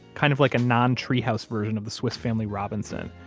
kind of like a non-treehouse version of the swiss family robinson,